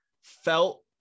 felt